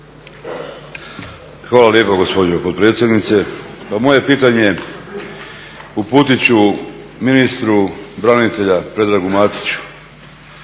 Hvala lijepo gospođo potpredsjednice. Pa moje pitanje uputiti ću ministru branitelja Predragu Matiću.